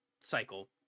cycle